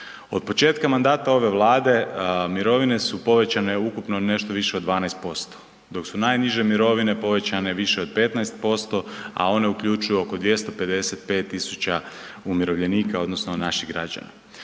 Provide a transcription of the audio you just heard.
Od početka mandata ove Vlade mirovine su povećane ukupno nešto više od 12% dok su najniže mirovine povećanje više od 15%, a one uključuju oko 255.000 umirovljenika odnosno naših građana.